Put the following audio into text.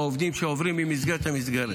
בעובדים שעוברים ממסגרת למסגרת.